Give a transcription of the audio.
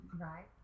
Right